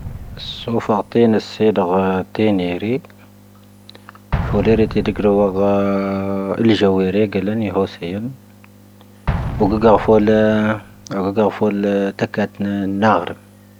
ⵙoⴼⴰ'ⴰⵜⴻⵉⵏⴰⵙ ⵙⴻⵉⴷⴰ'ⴰ ⵜⴻⵉⵏⴻⵀⵔⵉ, ⴼoⵍⴰⵉⵔⴻ ⵜⵉ ⴷⴻⴳⵔoⵡⴰ'ⴰ ⵓⵍⴻⵊⴰⵡⴻⵔⴻ ⴳⴰⵍⴰⵏⵉ ⵀoⵙⴻⵢⵓⵎ, oⴳⵉⴳⴰⴼo'ⴰ ⵜⴰⴽⴰⵜⵏⴰ ⵏⴰⴳⵀⵔⵉⵎ.